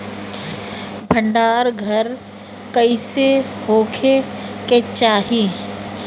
भंडार घर कईसे होखे के चाही?